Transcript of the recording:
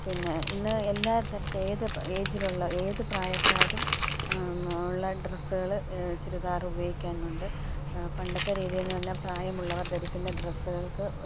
പിന്നെ ഇന്ന് എല്ലാ തരത് ഏത് ഏജിൽ ഉള്ള ഏത് പ്രായക്കാരും ഉള്ള ഡ്രസ്സുകള് ചുരിദാറ് ഉപയോഗിക്കുന്നുണ്ട് പണ്ടത്തെ രീതിയിൽ നല്ല പ്രായമുള്ളവർ ധരിക്കുന്ന ഡ്രസ്സുകൾക്ക്